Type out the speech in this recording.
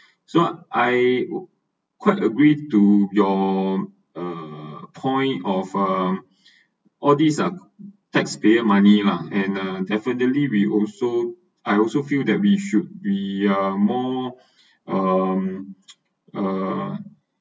so I quite agreed to your err point of um all these are taxpayer money lah and uh definitely we also I also feel that we should be uh more um err